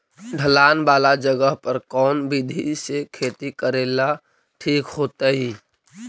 ढलान वाला जगह पर कौन विधी से खेती करेला ठिक होतइ?